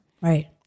Right